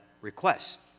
request